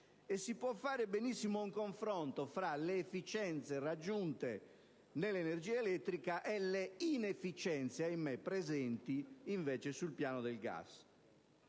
Si può fare benissimo un confronto tra le efficienze raggiunte nell'energia elettrica e le inefficienze, ahimè, presenti invece sul piano del gas.